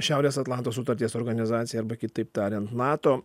šiaurės atlanto sutarties organizacija arba kitaip tariant nato